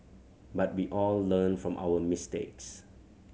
but we all learn from our mistakes